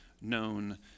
known